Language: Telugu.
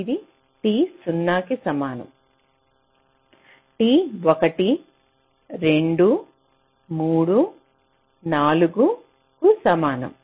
ఇది t 0 కి సమానం t 1 2 3 4 కు సమానం